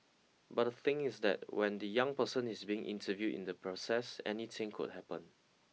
but the thing is that when the young person is being interviewed in the process anything could happen